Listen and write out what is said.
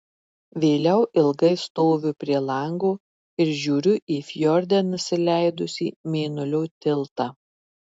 vėliau ilgai stoviu prie lango ir žiūriu į fjorde nusileidusį mėnulio tiltą